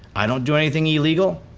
i don't do anything illegal.